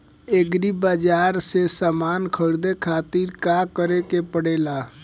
Agri बाज़ार से समान ख़रीदे खातिर का करे के पड़ेला?